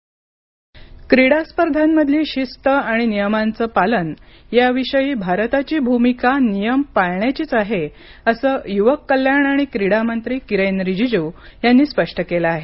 किरेन रिजिज् क्रीडा स्पर्धांमधली शिस्त आणि नियमांचं पालन याविषयी भारताची भूमिका नियम पाळण्याचीच आहे असं युवक कल्याण आणि क्रीडा मंत्री किरेन रिजिजू स्पष्ट केलं आहे